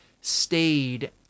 stayed